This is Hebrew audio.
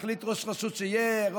מחליט ראש רשות שיהיה,